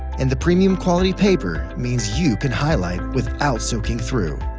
and the premium quality paper means you can highlight without soaking through.